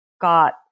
got